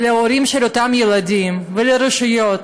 ומההורים של אותם ילדים ומהרשויות,